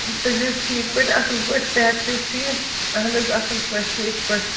تُہۍ چھِو حظ ٹھیٖک پٲٹھۍ اَصٕل پٲٹھۍ صحت چھِ حظ ٹھیٖک اَہَن حظ اَصٕل پٲٹھۍ ٹھیٖک پٲٹھۍ